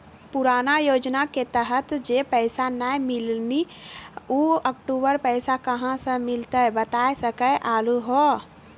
पुराना योजना के तहत जे पैसा नै मिलनी ऊ अक्टूबर पैसा कहां से मिलते बता सके आलू हो?